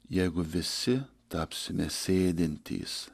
jeigu visi tapsime sėdintys